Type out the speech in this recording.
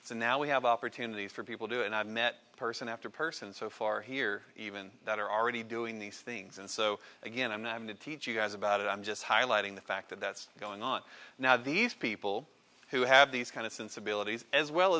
and now we have opportunities for people to and i've met a person after person so far here even that are already doing these things and so again and i'm to teach you guys about it i'm just highlighting the fact that that's going on now these people who have these kind of sensibilities as well